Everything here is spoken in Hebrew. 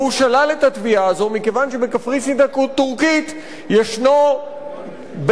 והוא שלל את התביעה הזאת מכיוון שבקפריסין הטורקית ישנו בית-דין,